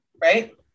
Right